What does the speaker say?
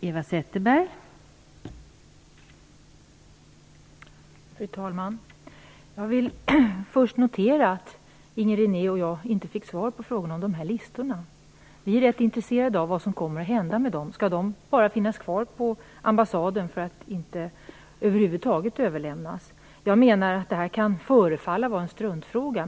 Fru talman! Jag vill först notera att Inger René och jag inte fick svar på frågorna om de här listorna. Vi är rätt intresserade av vad som kommer att hända med dem. Skall de bara finnas kvar på ambassaden och över huvud taget inte överlämnas? Jag menar att detta kan förefalla vara en struntfråga.